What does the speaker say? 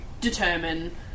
determine